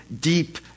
deep